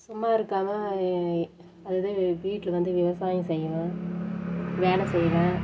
சும்மா இருக்காமல் அது எது வீட்டில் வந்து விவசாயம் செய்வேன் வேலை செய்வேன்